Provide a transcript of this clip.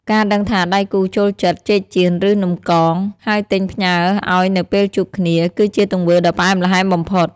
ការដឹងថាដៃគូចូលចិត្ត "ចេកចៀន" ឬ "នំកង" ហើយទិញផ្ញើឱ្យនៅពេលជួបគ្នា គឺជាទង្វើដ៏ផ្អែមល្ហែមបំផុត។